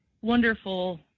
wonderful